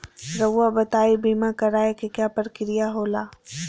रहुआ बताइं बीमा कराए के क्या प्रक्रिया होला?